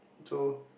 so